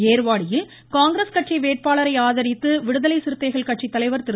ஏர்வாடியில் காங்கிரஸ் கட்சி வேட்பாளரை ஆதரித்து விடுதலை சிறுத்தைகள் கட்சி தலைவர் திரு